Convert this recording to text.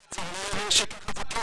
את זה ולא יהיה מי שייקח על זה כסף.